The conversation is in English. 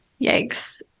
yikes